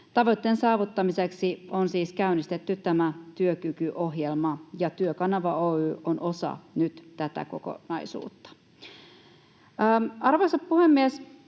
Tavoitteen saavuttamiseksi on siis käynnistetty tämä työkykyohjelma, ja Työkanava Oy on nyt osa tätä kokonaisuutta. Arvoisa puhemies!